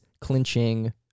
clinching